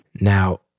now